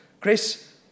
Chris